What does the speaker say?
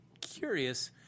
curious